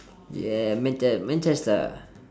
yeah manche~ manchester